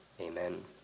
Amen